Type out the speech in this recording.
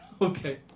Okay